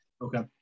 okay